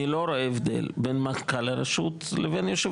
אני לא רואה הבדל בין מנכ"ל הרשות לבין יושב